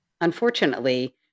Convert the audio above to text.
unfortunately